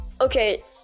Okay